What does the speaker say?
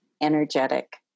energetic